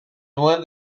loin